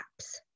apps